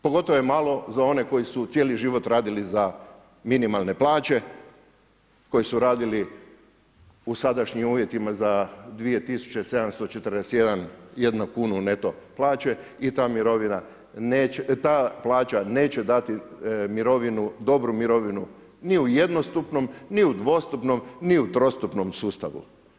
Pogotovo je malo za one koji su cijeli život radili za minimalne plaće, koji su radili u sadašnjim uvjetima za 2 tisuće 741 kunu neto plaće i ta mirovina neće, ta plaća neće dati mirovinu, dobru mirovinu ni u jednostupnom, ni u dvostupnom, ni u trostupnom sustavu.